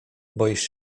boisz